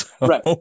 Right